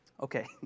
Okay